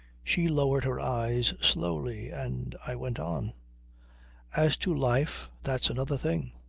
she lowered her eyes slowly, and i went on as to life, that's another thing.